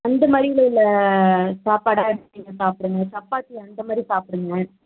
அந்த மாதிரில உள்ள சாப்பாடாக எடுத்து நீங்கள் சாப்பிடுங்க சப்பாத்தி அந்த மாதிரி சாப்பிடுங்க